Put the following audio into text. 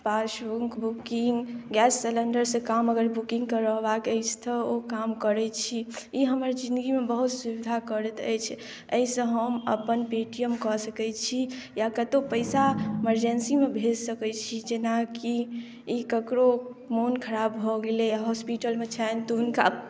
booking gas cylinder सँ काम अगर बुकिंग करबाक अछि तऽ ओ काम करै छी ई हमर जिनगीमे बहुत सुविधा करैत अछि एहिसँ हम अपन पे टी एम कऽ सकैत छी या कतौ पैसा मेर्जेन्सी मे भेज सकै छी जेनाकि ई ककरो मोन ख़राब भऽ गेलै हॉस्पिटल मे छनि तऽ हुनका